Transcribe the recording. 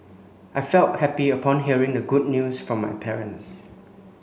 I felt happy upon hearing the good news from my parents